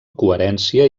coherència